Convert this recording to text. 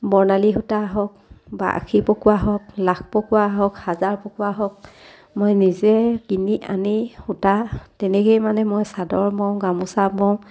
বৰ্ণালী সূতা হওক বা আখি পকোৱা হওক লাখ পকোৱা হওক হাজাৰ পকোৱা হওক মই নিজে কিনি আনি সূতা তেনেকৈয়ে মানে মই চাদৰ বওঁ গামোচা বওঁ